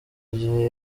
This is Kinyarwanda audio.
gihe